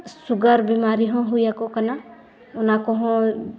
sugar ᱵᱤᱢᱟᱨᱤ ᱦᱚᱸ ᱦᱩᱭᱟᱠᱚ ᱠᱟᱱᱟ ᱚᱱᱟ ᱠᱚᱦᱚᱸ